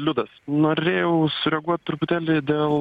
liudas norėjau sureaguot truputėlį dėl